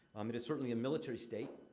um, it is certainly a military state.